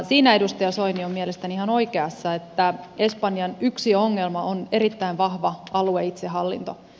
siinä edustaja soini on mielestäni ihan oikeassa että espanjan yksi ongelma on erittäin vahva alueitsehallinto